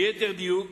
ליתר דיוק,